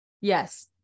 Yes